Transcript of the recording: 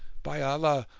by allah,